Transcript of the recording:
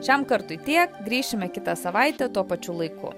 šiam kartui tiek grįšime kitą savaitę tuo pačiu laiku